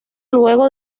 luego